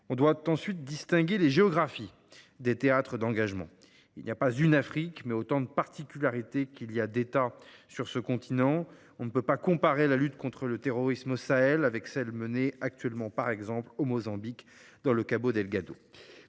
devons ensuite distinguer les géographies des théâtres d’engagement. Il n’y a pas une Afrique, mais autant de particularités qu’il y a d’États sur ce continent : nous ne pouvons pas comparer la lutte contre le terrorisme au Sahel avec celle qui est menée actuellement au Mozambique dans le Cabo Delgado.